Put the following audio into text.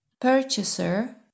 Purchaser